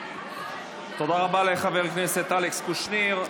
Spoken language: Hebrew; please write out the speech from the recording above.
תודה רבה לחבר הכנסת אלכס קושניר.